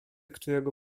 którego